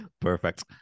perfect